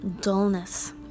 dullness